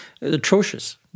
atrocious